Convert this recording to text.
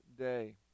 day